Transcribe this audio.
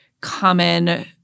common